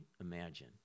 imagine